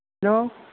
hello